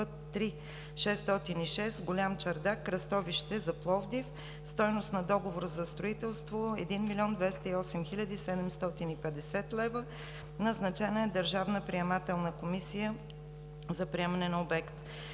ІІІ-606 Голям Чардак – кръстовище за Пловдив. Стойност на договора за строителство 1 млн. 208 хил. 750 лв. Назначена е държавна приемателна комисия за приемане на обекта.